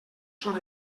són